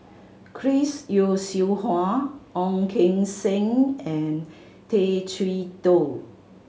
Chris Yeo Siew Hua Ong Keng Sen and Tay Chee Toh